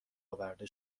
آورده